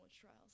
trials